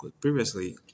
Previously